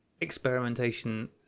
experimentation